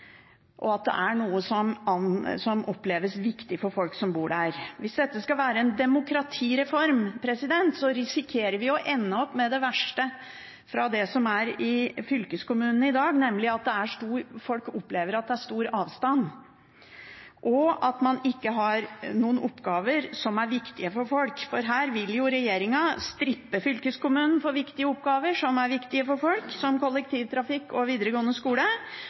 og uten at det er noe som oppleves viktig for folk som bor der. Hvis dette skal være en demokratireform, risikerer vi å ende opp med det som er det verste med fylkeskommunene i dag, nemlig at folk opplever at det er stor avstand, og at man ikke har noen oppgaver som er viktige for folk. Her vil jo regjeringen strippe fylkeskommunen for oppgaver som er viktige for folk – som kollektivtrafikk og videregående skole